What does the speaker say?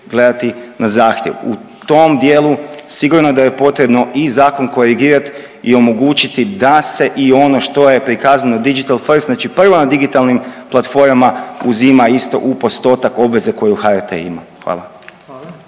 gledati na zahtjev. U tom dijelu sigurno da je potrebno i zakon korigirat i omogućiti da se i ono što je prikazano digital first, znači prva na digitalnim platformama uzima isto u postotak obveze koju HRT ima, hvala.